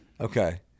Okay